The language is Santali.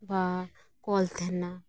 ᱵᱟ ᱠᱚᱞ ᱛᱟᱦᱮᱸ ᱞᱮᱱᱟ